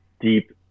deep